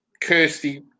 Kirsty